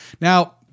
Now